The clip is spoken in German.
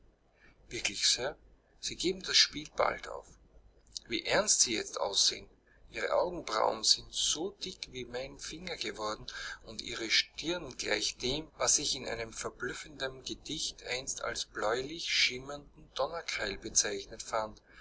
wirklich sir sie geben das spiel bald auf wie ernst sie jetzt aussehen ihre augenbrauen sind so dick wie mein finger geworden und ihre stirn gleicht dem was ich in einem verblüffendem gedicht einst als bläulich schimmernden donnerkeil bezeichnet fand